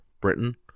Britain